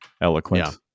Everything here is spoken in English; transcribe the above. eloquent